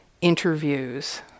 interviews